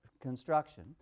Construction